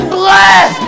bless